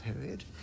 period